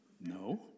No